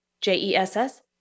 J-E-S-S